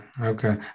Okay